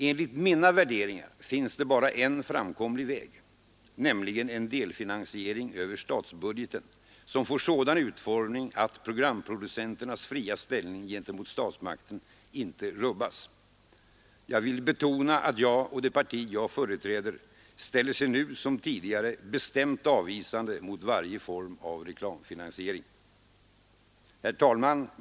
Enligt mina värderingar finns det bara en framkomlig väg — nämligen en delfinansiering över statsbudgeten, som får sådan utformning att programproducenternas fria ställning gentemot statsmakterna inte rubbas. Jag vill betona att jag och det parti jag företräder bestämt avvisar — nu som tidigare — varje form av reklamfinansiering Herr talman!